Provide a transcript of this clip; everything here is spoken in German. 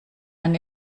man